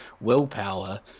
willpower